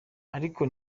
ariko